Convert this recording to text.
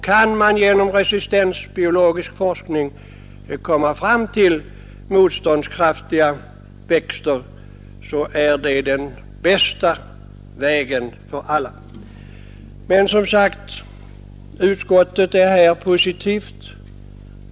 Kan man genom resistensbiologisk forskning komma fram till motståndskraftiga växter, så är det den bästa vägen för alla. Som sagt, utskottet är här positivt.